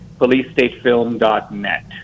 Policestatefilm.net